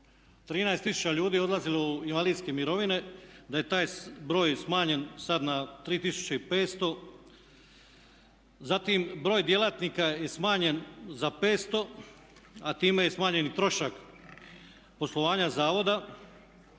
13000 ljudi odlazilo u invalidske mirovine, da je taj broj smanjen sad na 3500. Zatim, broj djelatnika je smanjen za 500, a time je smanjen i trošak poslovanja zavoda.